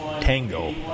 Tango